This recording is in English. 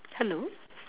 hello